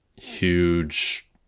huge